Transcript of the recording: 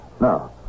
Now